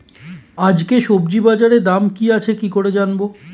আজকে সবজি বাজারে দাম কি আছে কি করে জানবো?